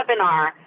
webinar